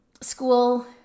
School